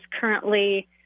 currently